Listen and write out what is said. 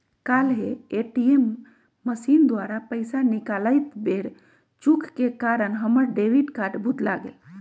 काल्हे ATM machine द्वारा पइसा निकालइत बेर चूक के कारण हमर डेबिट कार्ड भुतला गेल